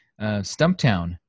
Stumptown